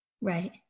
Right